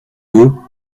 vous